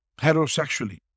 heterosexually